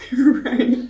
Right